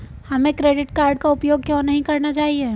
हमें credit card का उपयोग क्यों नहीं करना चाहिए?